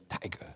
tiger